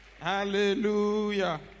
Hallelujah